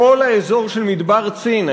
כל האזור של מדבר צין,